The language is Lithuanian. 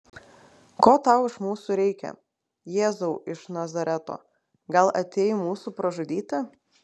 ko tau iš mūsų reikia jėzau iš nazareto gal atėjai mūsų pražudyti